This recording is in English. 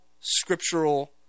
scriptural